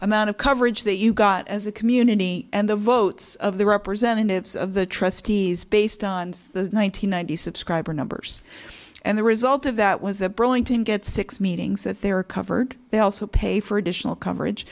amount of coverage that you got as a community and the votes of the representatives of the trustees based on the one thousand nine hundred subscriber numbers and the result of that was that burlington get six meetings that they're covered they also pay for additional coverage